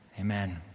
Amen